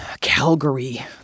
Calgary